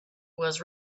was